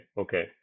okay